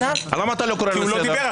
למה אתה לא קורא אותו לסדר?